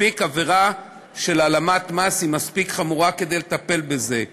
ועבירה של העלמת מס היא מספיק חמורה כדי לטפל בזה.